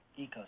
ecosystem